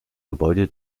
gebäude